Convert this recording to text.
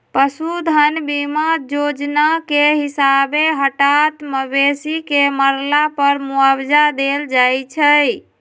पशु धन बीमा जोजना के हिसाबे हटात मवेशी के मरला पर मुआवजा देल जाइ छइ